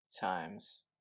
times